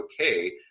okay